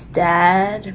dad